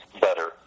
better